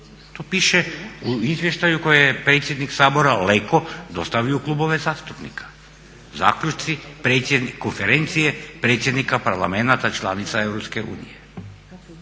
To piše u izvještaju koji je predsjednik Sabora Leko dostavio u klubove zastupnika. Zaključci konferencije predsjednika parlamenata članica EU.